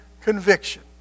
conviction